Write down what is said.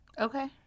okay